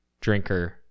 drinker